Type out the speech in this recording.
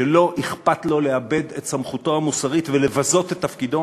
שלא אכפת לו לאבד את סמכותו המוסרית ולבזות את תפקידו,